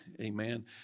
amen